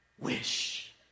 wish